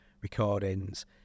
recordings